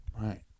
right